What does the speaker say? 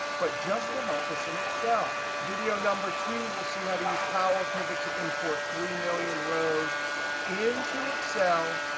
but just to help us in excel. video number two, we'll see how to use power pivot to import three million rows into excel.